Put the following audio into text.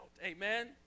Amen